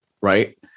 right